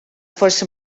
forsi